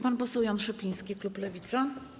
Pan poseł Jan Szopiński, klub Lewica.